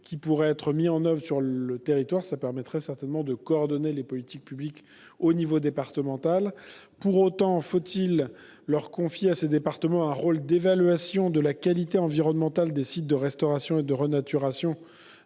qui pourraient être mis en oeuvre sur leur territoire. Cela permettrait certainement de coordonner les politiques publiques au niveau départemental. Pour autant, faut-il confier aux départements un rôle d'évaluation de la qualité environnementale des SNRR, alors même qu'ils ne sont pas